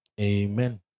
Amen